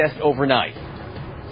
overnight